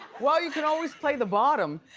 well you can always play the bottom.